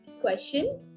question